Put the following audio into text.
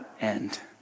end